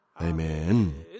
Amen